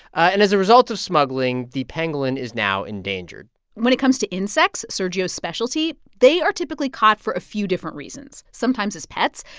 and as a result of smuggling, the pangolin is now endangered when it comes to insects, sergio's specialty, they are typically caught for a few different reasons, sometimes as pets,